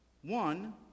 One